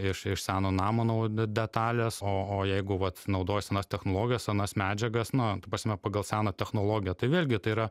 iš iš seno namo nau detalės o o jeigu vat naudos senas technologijas senas medžiagas na ta prasme pagal seną technologiją tai vėlgi tai yra